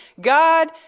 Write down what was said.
God